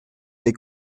mes